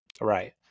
Right